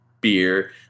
beer